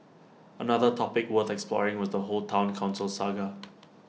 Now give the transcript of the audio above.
another topic worth exploring was the whole Town Council saga